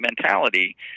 mentality